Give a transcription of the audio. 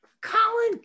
Colin